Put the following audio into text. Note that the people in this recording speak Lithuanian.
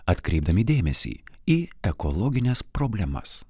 atkreipdami dėmesį į ekologines problemas